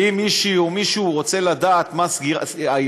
ואם מישהי או מישהו רוצה לדעת מה העילה,